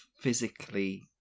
physically